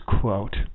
quote